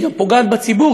היא גם פוגעת בציבור,